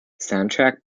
soundtrack